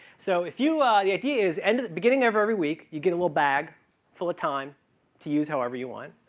so, if you ah the key is at and the beginning of every week, you get a little bag full of time to use however you want,